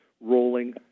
rolling